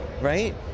right